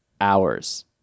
hours